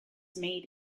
made